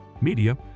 Media